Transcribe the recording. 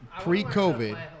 pre-COVID